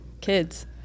kids